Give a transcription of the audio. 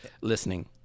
listening